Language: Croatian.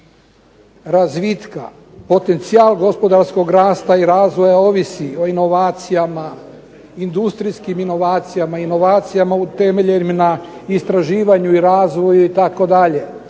razvitka, potencijal gospodarskog rasta i razvoja ovisi o inovacijama, industrijskim inovacijama, inovacijama utemeljenim na istraživanju i razvoju itd.